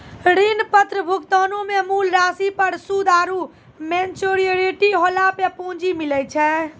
ऋण पत्र भुगतानो मे मूल राशि पर सूद आरु मेच्योरिटी होला पे पूंजी मिलै छै